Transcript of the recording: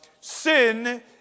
sin